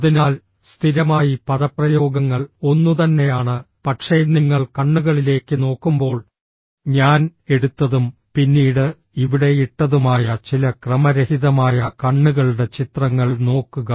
അതിനാൽ സ്ഥിരമായി പദപ്രയോഗങ്ങൾ ഒന്നുതന്നെയാണ് പക്ഷേ നിങ്ങൾ കണ്ണുകളിലേക്ക് നോക്കുമ്പോൾ ഞാൻ എടുത്തതും പിന്നീട് ഇവിടെ ഇട്ടതുമായ ചില ക്രമരഹിതമായ കണ്ണുകളുടെ ചിത്രങ്ങൾ നോക്കുക